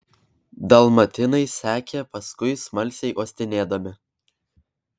dalmatinai sekė paskui smalsiai uostinėdami